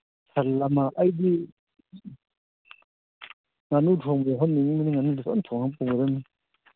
ꯁꯟ ꯑꯃ ꯑꯩꯗꯤ ꯉꯥꯅꯨ ꯊꯣꯡꯕ ꯌꯥꯎꯍꯟꯅꯤꯡꯉꯤꯕꯅꯤ ꯉꯥꯅꯨꯗꯨ ꯐꯖꯅ ꯊꯣꯡꯉ ꯄꯨꯔꯗꯝꯅꯤ